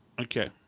Okay